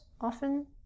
often